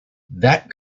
that